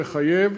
מחייב.